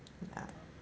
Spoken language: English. ya